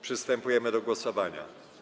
Przystępujemy do głosowania.